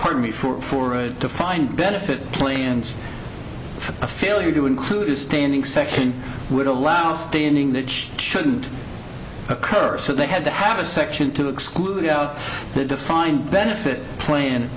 pardon me for for a defined benefit plans for a failure to include a standing section would allow spinning the church shouldn't occur so they had to have a section to exclude out the defined benefit plan